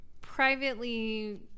privately